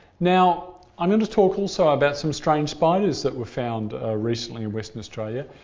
now, i'm going to talk also about some strange spiders that were found recently in western australia.